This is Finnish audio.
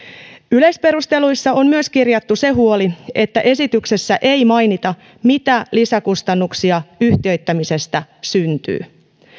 yleisperusteluissa on myös kirjattu se huoli että esityksessä ei mainita mitä lisäkustannuksia yhtiöittämisestä syntyy